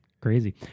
crazy